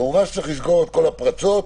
כמובן שצריך לסגור את כל הפרצות,